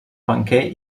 banquer